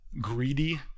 greedy